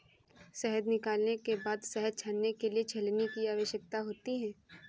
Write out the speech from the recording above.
शहद निकालने के बाद शहद छानने के लिए छलनी की आवश्यकता होती है